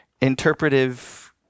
interpretive